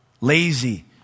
lazy